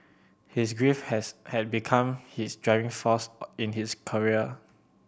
his grief has had become his driving force in his career